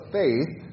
faith